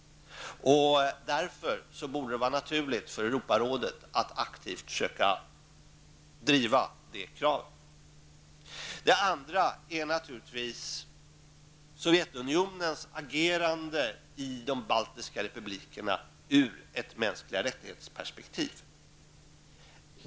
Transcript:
Därför borde det vara naturligt för Europarådet att aktivt söka driva det kravet. Den andra synvinkeln är naturligtvis Sovjetunionens agerande i de baltiska republikerna ur de mänskliga rättigheternas perspektiv.